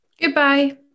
Goodbye